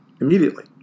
immediately